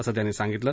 असं त्यांनी सांगितलं